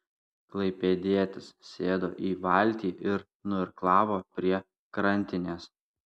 klaipėdietis sėdo į valtį ir nuirklavo prie krantinės